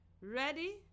Ready